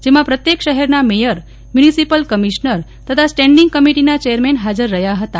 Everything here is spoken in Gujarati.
જેમાં પ્રત્યેક શહેરના મેયર મ્યુનિસિપલ કમિશ્નર તથા સ્ટેન્ડીંગ કમિટિના ચેરમેન હાજર રહ્યા હતાં